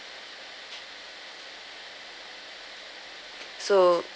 so